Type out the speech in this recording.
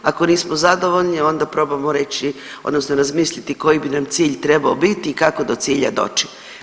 Ako nismo zadovoljni onda probamo reći odnosno razmisliti koji bi nam cilj trebao biti i kako do cilja doći.